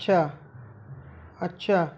अच्छा अच्छा